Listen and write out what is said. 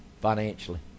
financially